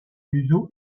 museau